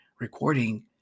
recording